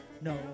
no